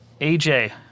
AJ